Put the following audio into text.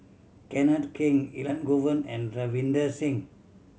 Kenneth Keng Elangovan and Ravinder Singh